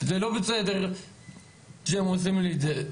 זה לא בסדר שהם עושים לי את זה,